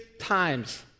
times